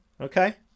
Okay